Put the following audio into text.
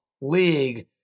league